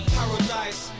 paradise